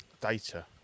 Data